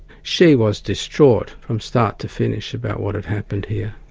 she was distraught from start to finish about what had happened here.